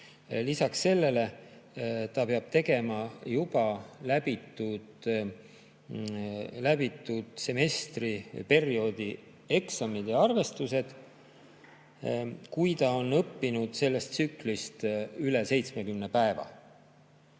Lisaks sellele peab üliõpilane tegema juba läbitud semestri või perioodi eksamid ja arvestused, kui ta on õppinud sellest tsüklist üle 70 päeva.